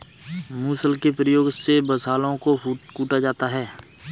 मुसल के प्रयोग से मसालों को कूटा जाता है